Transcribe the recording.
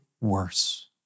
worse